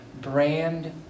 brand